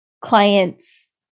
clients